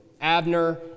Abner